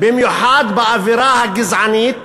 במיוחד באווירה הגזענית